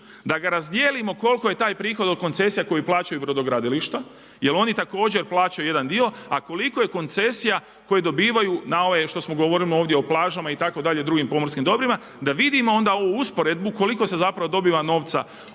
da ga razdijelimo koliko je taj prihod od koncesija koji plaćaju brodogradilišta jer oni također plaćaju jedan dio, a koliko je koncesija koje dobivaju na ovaj što govorimo ovdje o plažama itd. drugim pomorskim dobrima, da vidimo onda ovu usporedbu koliko se zapravo dobiva novca